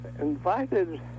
invited